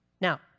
Now